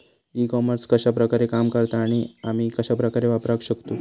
E commerce कश्या प्रकारे काम करता आणि आमी कश्या प्रकारे वापराक शकतू?